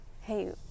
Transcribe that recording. hey